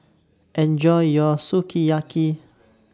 Enjoy your Sukiyaki